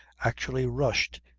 actually rushed,